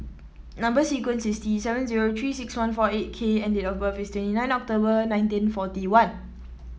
number sequence is T seven zero Three six one four eight K and date of birth is twenty nine October nineteen forty one